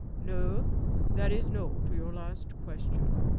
no that is, no to your last question.